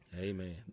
Amen